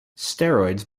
steroids